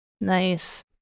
Nice